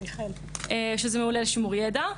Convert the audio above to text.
שזה מעולה לשימור ידע,